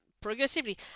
progressively